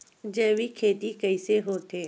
जैविक खेती कइसे होथे?